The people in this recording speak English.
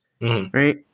right